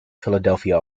philadelphia